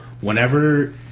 whenever